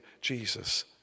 Jesus